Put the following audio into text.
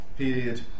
period